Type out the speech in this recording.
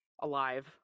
alive